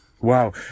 Wow